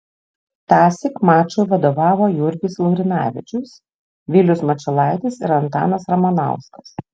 tąsyk mačui vadovavo jurgis laurinavičius vilius mačiulaitis ir antanas ramanauskas